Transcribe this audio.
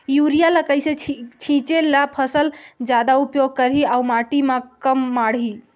Urea ल कइसे छीचे ल फसल जादा उपयोग करही अउ माटी म कम माढ़ही?